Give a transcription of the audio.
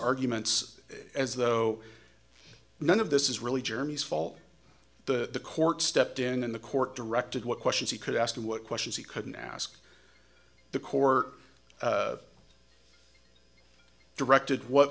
arguments as though none of this is really germany's fault the court stepped in and the court directed what questions he could ask of what questions he couldn't ask the court directed what